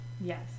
Yes